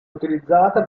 utilizzata